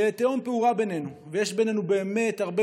שתהום פעורה בינינו ויש בינינו הרבה